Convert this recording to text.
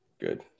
Good